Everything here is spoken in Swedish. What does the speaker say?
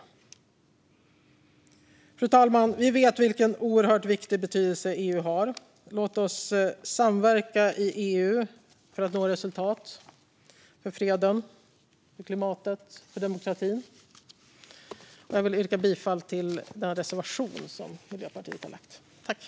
Fru talman! Vi vet vilken oerhört stor betydelse EU har. Låt oss samverka i EU för att nå resultat för freden, klimatet och demokratin. Jag yrkar bifall till Miljöpartiets reservation.